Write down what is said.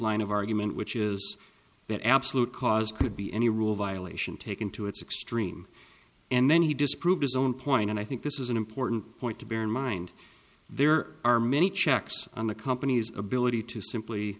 line of argument which is that absolute cause could be any rule violation taken to its extreme and then he disproved his own point and i think this is an important point to bear in mind there are many checks on the company's ability to simply